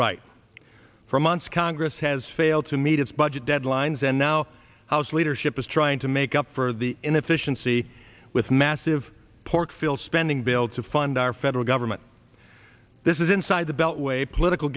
right for months congress has failed to meet its budget deadlines and now house leadership is trying to make up for the inefficiency with massive pork filled spending bill to fund our federal government this is inside the beltway political